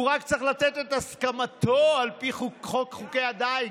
הוא רק צריך לתת את הסכמתו על פי חוקי הדיג,